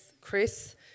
Chris